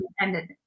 ended